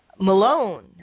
Malone